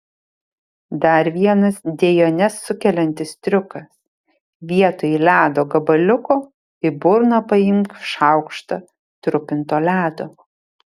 dar vienas dejones sukeliantis triukas vietoj ledo gabaliuko į burną paimk šaukštą trupinto ledo